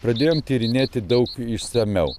pradėjom tyrinėti daug išsamiau